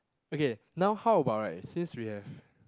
okay now how about right since we have